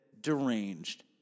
deranged